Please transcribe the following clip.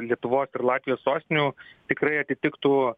lietuvos ir latvijos sostinių tikrai atitiktų